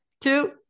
two